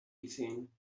gesehen